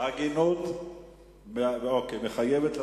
ההגינות מחייבת.